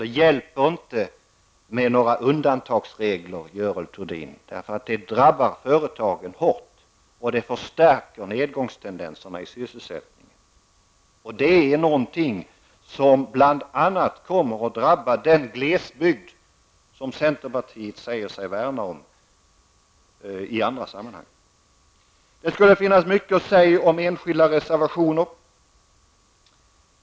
Det hjälper inte med några undantagsregler, Görel Thurdin, det drabbar företagen hårt. Det förstärker nedgångstendenserna i sysselsättningen. Det är något som bl.a. kommer att drabba den glesbygd som centerpartiet i andra sammanhang säger sig värna om. Det skulle finnas mycket att säga om enskilda reservationer.